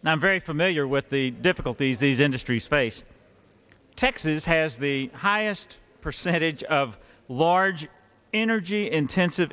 and i'm very familiar with the difficulties these industries face texas has the highest percentage of large energy intensive